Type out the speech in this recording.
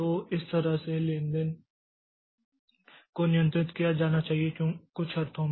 तो इस तरह से लेन देन को नियंत्रित किया जाना चाहिए कुछ अर्थों में